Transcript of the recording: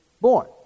born